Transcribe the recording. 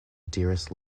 dearest